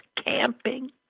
camping